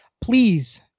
please